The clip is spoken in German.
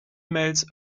mails